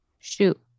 shoot